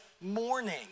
morning